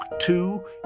two